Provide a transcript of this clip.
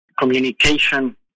communication